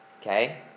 Okay